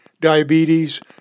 diabetes